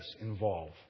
involve